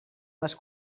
les